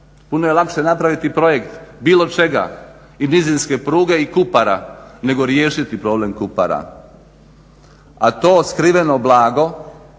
puno je lakše napraviti projekt bilo čega i nizinske pruge i Kupara nego riješiti problem Kupara. A to skriveno blago,